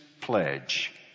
pledge